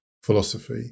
philosophy